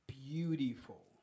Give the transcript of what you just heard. Beautiful